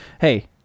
hey